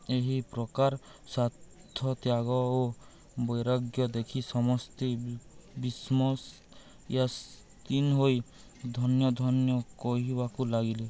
ଏହି ପ୍ରକାର ସ୍ଵାର୍ଥତ୍ୟାଗ ଓ ବୈରାଗ୍ୟ ଦେଖି ସମସ୍ତେ ବିସ୍ମୟ ହୋଇ ଧନ୍ୟଧନ୍ୟ କହିବାକୁ ଲାଗିଲେ